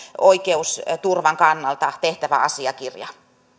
oikeusturvan kannalta tehtävä asiakirja